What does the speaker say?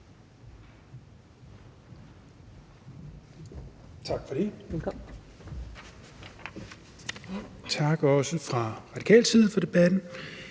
Tak for det. Tak også fra radikal side for debatten.